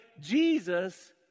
Jesus